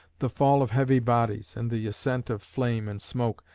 the fall of heavy bodies, and the ascent of flame and smoke,